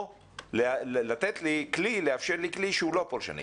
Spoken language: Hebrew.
או לאפשר לי כלי שהוא לא פולשני?